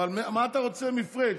מה אתה רוצה מפריג'?